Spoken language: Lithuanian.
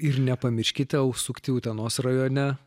ir nepamirškite užsukti utenos rajone